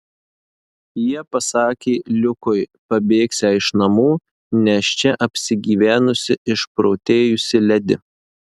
jie pasakė liukui pabėgsią iš namų nes čia apsigyvenusi išprotėjusi ledi